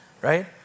right